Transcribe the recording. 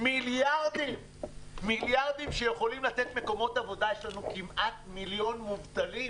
מיליארדים שיכולים לתת מקומות עבודה יש לנו כמעט מיליון מובטלים.